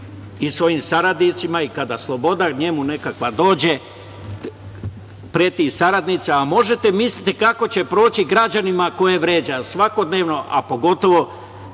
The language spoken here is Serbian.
i svojim saradnicima i kada sloboda njemu nekakva dođe preti i saradnicima, a možete misliti kako će proći građanima koje vređa svakodnevno, a pogotovo